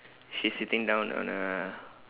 she's sitting down on a